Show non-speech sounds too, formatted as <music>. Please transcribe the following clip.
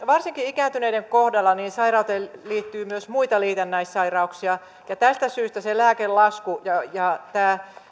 <unintelligible> varsinkin ikääntyneiden kohdalla sairauteen liittyy myös liitännäissairauksia ja tästä syystä se lääkelasku ja ja tämä